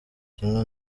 kimwe